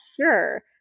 sure